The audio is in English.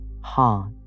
heart